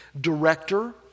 Director